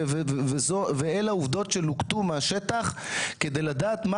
ואלו העובדות שלוקטו מהשטח כדי לדעת מה,